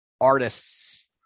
Artists